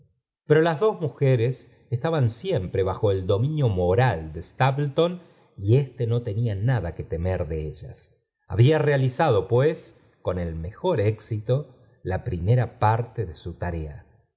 loro las dos mujeres ealaban siempre bajo el dominio moral de htiipleton ésto no tenía nada ue temer de elhe había realizado pues con el mejor éxito la primera parte de su tarea